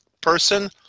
person